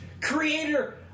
Creator